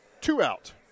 two-out